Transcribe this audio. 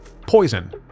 Poison